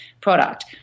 product